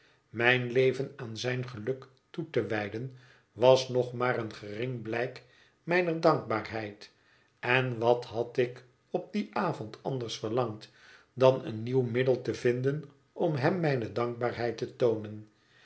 mijn leven aan zijn geluk toe te wijden was nog maar een gering blijk mijner dankbaarheid en wat had ik op dien avond anders verlangd dan een nieuw middel te vinden om hem mijne dankbaarheid te toonen